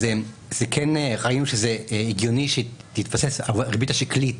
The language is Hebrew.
כן ראינו שזה הגיוני שיתבסס על הריבית השקלית